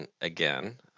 again